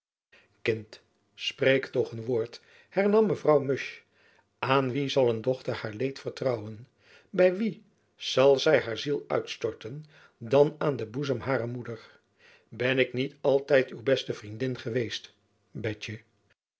kind spreek toch een woord hernam mevrouw musch aan wie zal een dochter haar leed vertrouwen by wie zal zy haar ziel uitstorten dan aan den boezem harer moeder ben ik niet altijd uw beste vriendin geweest betjen